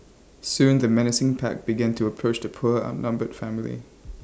soon the menacing pack began to approach the poor outnumbered family